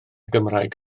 gymraeg